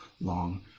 long